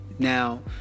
Now